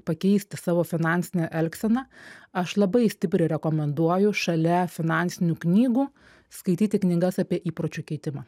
pakeisti savo finansinę elgseną aš labai stipriai rekomenduoju šalia finansinių knygų skaityti knygas apie įpročių keitimą